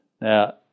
Now